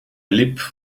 liep